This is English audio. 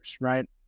right